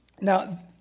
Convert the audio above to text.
now